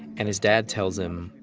and his dad tells him,